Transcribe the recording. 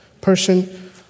person